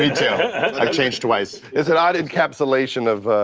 yeah like change twice. it's an odd encapsulation of,